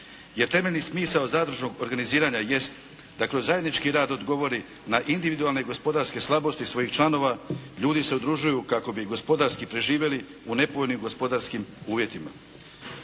Jer temeljni smisao zadružnog organiziranja jest da kroz zajednički rad odgovori na individualne i gospodarske slabosti svojih članova ljudi se udružuju kako bi gospodarski preživjeli u nepovoljnim gospodarskim uvjetima.